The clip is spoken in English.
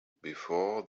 before